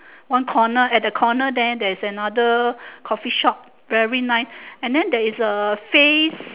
one corner at the corner there there is another coffee shop very nice and then there is uh face